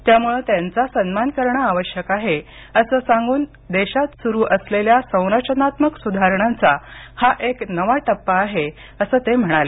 त्यामुळे त्यांचा सन्मान करणं आवश्यक आहे असं सांगून देशात सुरू असलेल्या संरचनात्मक सुधारणांचा हा एक नवा टप्पा आहे असं ते म्हणाले